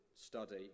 study